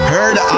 Heard